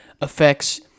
affects